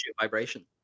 vibration